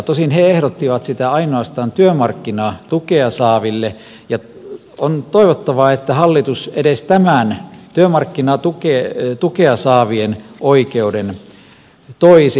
tosin he ehdottivat sitä ainoastaan työmarkkinatukea saaville ja on toivottavaa että hallitus edes tämän työmarkkinatukea saavien oikeuden toisi